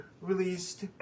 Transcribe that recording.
released